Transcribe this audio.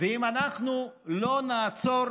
אם אנחנו לא נעצור,